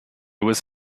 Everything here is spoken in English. was